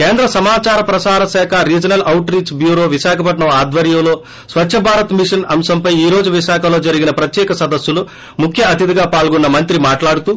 కేంద్ర సమాదార ప్రసార శాఖ regional outreach bureau Visakhapatnam ఆధ్వర్యంలో స్పద్భ భారత్ మిషన్ అంశంపై ఈరోజు విశాఖలో జరిగిన ప్రత్యేక సదస్సులో ముఖ్య అతేధిగా పాల్గొన్న మంత్రి మాట్లాడుతూ